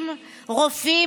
עובדים,